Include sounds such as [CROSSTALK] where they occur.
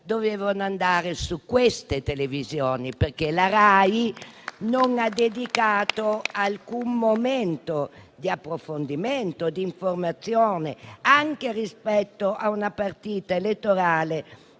dovevano andare su queste televisioni, [APPLAUSE] perché la Rai non ha dedicato alcun momento di approfondimento e di informazione, anche rispetto a una partita elettorale